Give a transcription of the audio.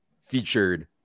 featured